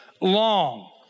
long